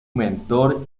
mentor